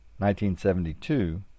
1972